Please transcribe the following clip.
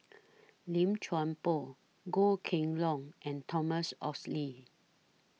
Lim Chuan Poh Goh Kheng Long and Thomas Oxley